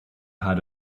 had